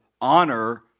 honor